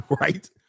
Right